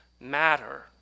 matter